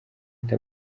ati